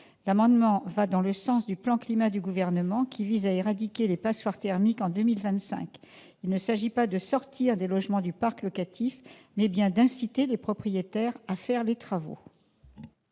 disposition va dans le sens du plan Climat du Gouvernement qui vise à éradiquer les passoires thermiques en 2025. Il s'agit non pas de sortir des logements du parc locatif, mais bien d'inciter les propriétaires à faire les travaux.